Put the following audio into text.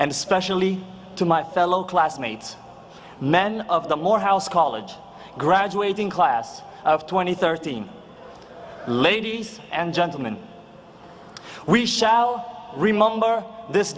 and especially to my fellow classmates men of the morehouse college graduating class of twenty thirteen ladies and gentlemen we shall remember this